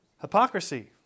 Hypocrisy